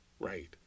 right